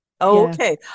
okay